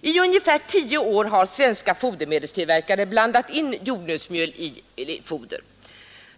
I ungefär tio år har svenska fodermedelstillverkare blandat in jordnötsmjöl i foder.